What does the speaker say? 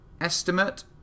estimate